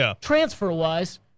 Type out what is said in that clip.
transfer-wise